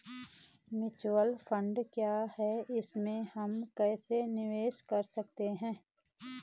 Mutual fund क्या है इसमें हम कैसे निवेश कर सकते हैं?